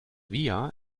vila